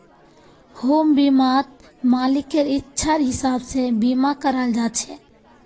home बीमात मालिकेर इच्छार हिसाब से बीमा कराल जा छे